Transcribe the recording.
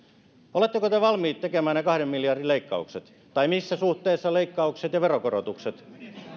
oletteko te valmiit tekemään ne kahden miljardin leikkaukset tai missä suhteessa leikkaukset ja veronkorotukset